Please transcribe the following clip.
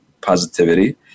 positivity